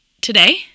today